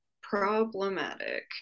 problematic